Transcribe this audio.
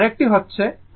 তো আরেকটি হচ্ছে